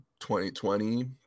2020